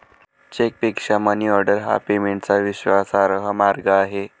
चेकपेक्षा मनीऑर्डर हा पेमेंटचा विश्वासार्ह मार्ग आहे